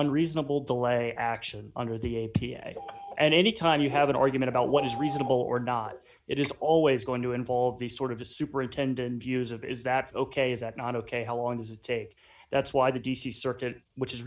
unreasonable delay action under the a p a and any time you have an argument about what is reasonable or not it is always going to involve the sort of the superintendent views of is that ok is that not ok how long does it take that's why the d c circuit which is